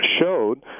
showed